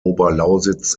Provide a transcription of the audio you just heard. oberlausitz